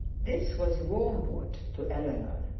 this was wormwood to eleanor.